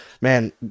Man